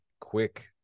quick